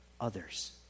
others